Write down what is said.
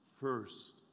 first